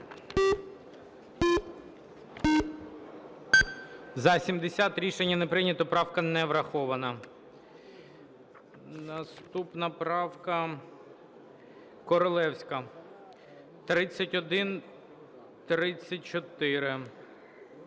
За-70 Рішення не прийнято, правка не врахована. Наступна правка, Королевська, 3134.